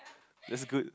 that's good